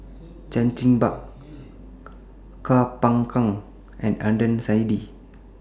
Chan Chin Bock Koh Poh Koon and Adnan Saidi